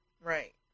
Right